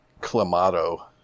Clamato